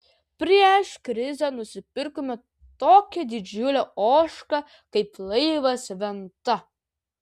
prieš krizę nusipirkome tokią didžiulę ožką kaip laivas venta